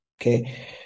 Okay